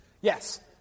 Yes